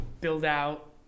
build-out